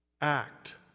Act